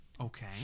Okay